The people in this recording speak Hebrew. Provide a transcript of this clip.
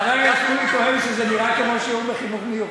חבר הכנסת שמולי טוען שזה נראה כמו שיעור בחינוך מיוחד.